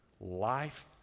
life